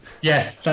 yes